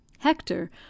Hector